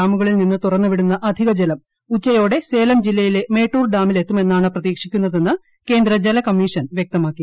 ഡാമുകളിൽ നിന്ന് തുറന്നുവിടുന്ന അധിക ജലം ഉച്ചയോടെ സേലം ജില്ലയിലെ മേട്ടൂർ ഡാമിൽ എത്തുമെന്നാണ് പ്രതീക്ഷിക്കുന്നതെന്ന് കേന്ദ്ര ജല കമ്മീഷൻ വ്യക്തമാക്കി